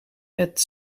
het